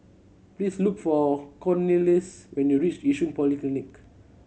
please look for Cornelius when you reach Yishun Polyclinic